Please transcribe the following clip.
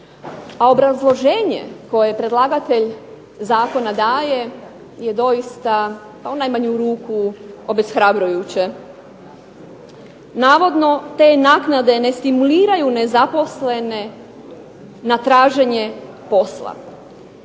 A obrazloženje koje predlagatelj zakona daje je doista pa u najmanju ruku obeshrabrujuće. Navodno te naknade ne stimuliraju nezaposlene na traženje posla.